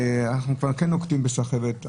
אנחנו כבר כן נוקטים בסחבת.